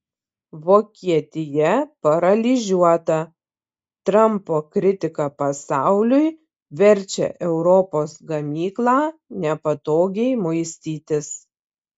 vokietija paralyžiuota trampo kritika pasauliui verčia europos gamyklą nepatogiai muistytis